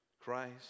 Christ